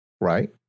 right